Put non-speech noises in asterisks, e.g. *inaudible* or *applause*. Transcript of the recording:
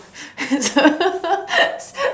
*laughs*